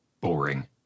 boring